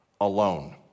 alone